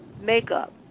makeup